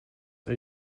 are